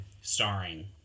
starring